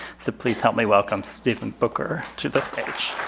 so please help me welcome stefan bucher to the stage.